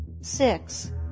six